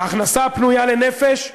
ההכנסה הפנויה לנפש עולה,